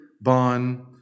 bond